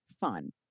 fun